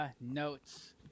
notes